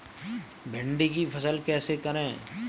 भिंडी की फसल कैसे करें?